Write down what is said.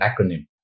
acronym